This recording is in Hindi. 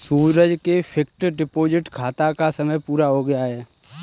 सूरज के फ़िक्स्ड डिपॉज़िट खाता का समय पूरा हो गया है